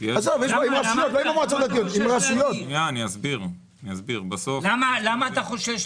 אני יכול לבדוק את זה.